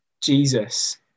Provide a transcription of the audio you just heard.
Jesus